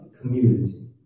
community